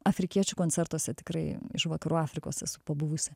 afrikiečių koncertuose tikrai iš vakarų afrikos esu pabuvusi